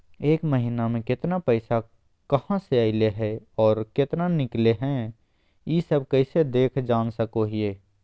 एक महीना में केतना पैसा कहा से अयले है और केतना निकले हैं, ई सब कैसे देख जान सको हियय?